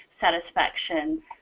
satisfaction